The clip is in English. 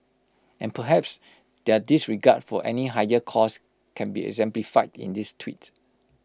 and perhaps their disregard for any higher cause can be exemplified in this tweet